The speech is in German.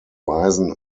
weisen